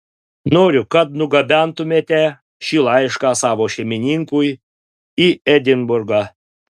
noriu kad nugabentumėte šį laišką savo šeimininkui į edinburgą